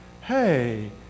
hey